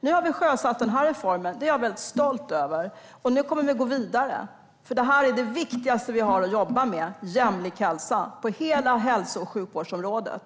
Nu har vi sjösatt den här reformen, vilket jag är väldigt stolt över. Vi kommer nu att gå vidare, för det här är det viktigaste vi har att jobba med: jämlik hälsa på hela hälso och sjukvårdsområdet.